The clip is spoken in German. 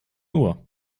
uhr